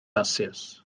celsius